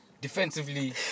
Defensively